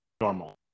Normal